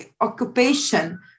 occupation